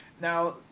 Now